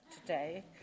today